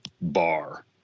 Bar